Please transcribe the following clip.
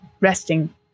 resting